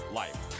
life